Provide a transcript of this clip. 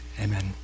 amen